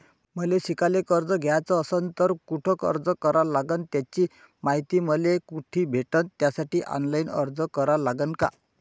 मले शिकायले कर्ज घ्याच असन तर कुठ अर्ज करा लागन त्याची मायती मले कुठी भेटन त्यासाठी ऑनलाईन अर्ज करा लागन का?